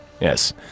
Yes